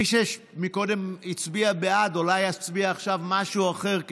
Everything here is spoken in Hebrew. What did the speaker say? מי שקודם הצביע בעד אולי יצביע עכשיו משהו אחר,